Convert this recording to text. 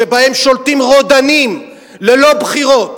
שבהן שולטים רודנים ללא בחירות,